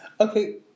Okay